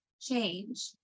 change